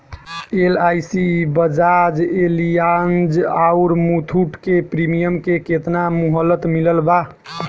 LIC Bajaj Allianz आउर मुथूट के premium के केतना मुहलत मिलल बा?